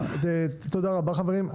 תודה רבה, חברים.